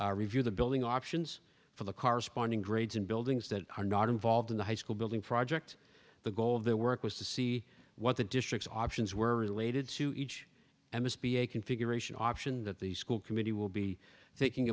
review the building options for the corresponding grades and buildings that are not involved in the high school building project the goal of their work was to see what the districts options were related to each and this be a configuration option that the school committee will be thinking